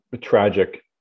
tragic